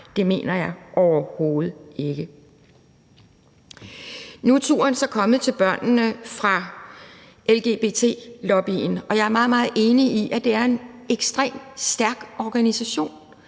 det mener jeg overhovedet ikke. Nu er turen så kommet til børnene fra lgbt-lobbyens side, og jeg er meget, meget enig i, at det er en ekstremt stærk organisation,